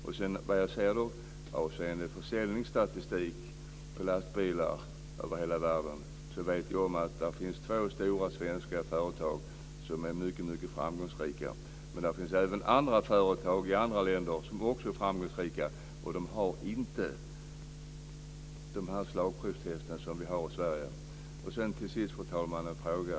Det finns två stora svenska företag som är mycket framgångsrika när det gäller försäljning av lastbilar över hela världen. Det finns även andra företag i andra länder som är framgångsrika. De har inte de slagprovstest som vi har i Sverige. Fru talman! Till sist har jag en fråga.